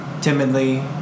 timidly